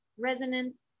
resonance